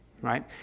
right